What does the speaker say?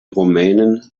rumänen